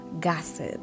Gossip